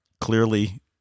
clearly